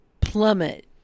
plummet